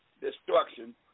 destruction